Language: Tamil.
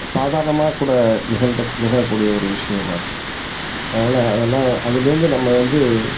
சாதாரணமாக்கூட நிகழ்ந்த நிகழக்கூடிய ஒரு விஷியமாக இருக்கும் அதனால் அதெல்லாம் அதுலர்ந்து நம்ம வந்து